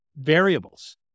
variables